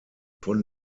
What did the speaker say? von